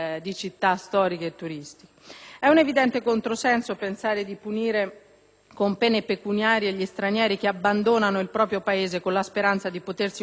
È un evidente controsenso pensare di punire con pene pecuniarie gli stranieri che abbandonano il proprio Paese con la speranza di potersi costruire un'esistenza migliore;